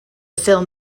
film